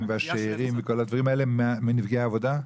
והשאירים וכל הדברים האלה מנפגעי עבודה?